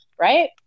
right